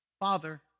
Father